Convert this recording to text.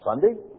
Sunday